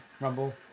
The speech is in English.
Rumble